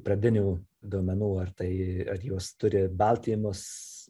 pradinių duomenų ar tai ar jos turi baltymus